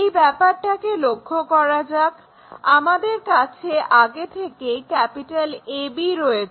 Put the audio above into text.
এই ব্যাপারটাকে লক্ষ্য করা যাক আমাদের কাছে আগে থেকেই AB রয়েছে